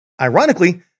Ironically